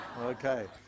okay